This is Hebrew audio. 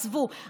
עזבו,